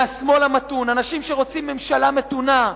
מהשמאל המתון, אנשים שרוצים ממשלה מתונה,